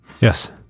Yes